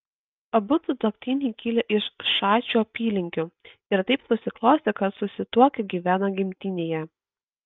abu sutuoktiniai kilę iš šačių apylinkių ir taip susiklostė kad susituokę gyvena gimtinėje